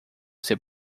ser